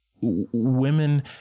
women